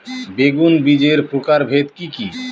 বেগুন বীজের প্রকারভেদ কি কী?